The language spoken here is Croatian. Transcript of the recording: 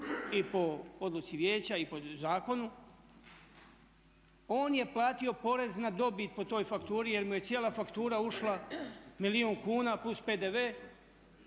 i po odluci vijeća i po zakonu, on je platio porez na dobit po toj fakturi jer mu je cijela faktura ušla milijun kuna plus PDV,